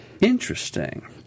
Interesting